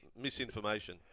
Misinformation